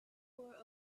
were